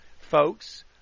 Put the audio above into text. folks